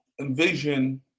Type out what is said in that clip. envision